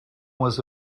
was